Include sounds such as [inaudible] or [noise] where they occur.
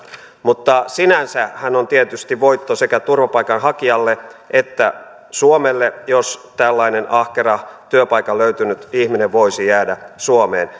mutta sinänsähän olisi tietysti voitto sekä turvapaikanhakijalle että suomelle jos tällainen ahkera työpaikan löytänyt ihminen voisi jäädä suomeen [unintelligible]